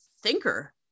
thinker